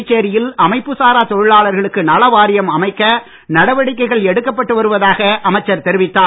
புதுச்சேரியில் அமைப்பு சாரா தொழிலாளர்களுக்கு நல வாரியம் அமைக்க நடவடிக்கைகள் எடுக்கப்பட்டு வருவதாக அமைச்சர் தெரிவித்தார்